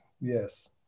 yes